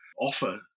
offer